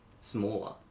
smaller